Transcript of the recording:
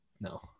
No